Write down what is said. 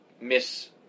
Miss